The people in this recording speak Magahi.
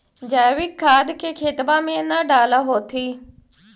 जैवीक खाद के खेतबा मे न डाल होथिं?